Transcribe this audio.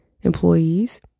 employees